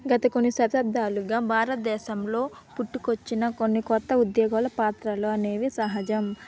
గత కొన్ని శతాబ్దాలుగా భారతదేశంలో పుట్టుకొచ్చిన కొన్ని కొత్త ఉద్యోగాల పాత్రలు అనేవి సహజం